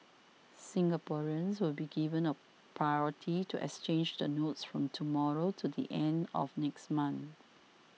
Singaporeans will be given a priority to exchange the notes from tomorrow to the end of next month